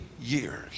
years